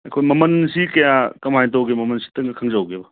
ꯑꯩꯈꯣꯏ ꯃꯃꯜꯁꯤ ꯀꯌꯥ ꯀꯃꯥꯏꯅ ꯇꯧꯒꯦ ꯃꯃꯜꯁꯤꯇꯪꯒ ꯈꯪꯖꯍꯧꯒꯦꯕ